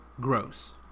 gross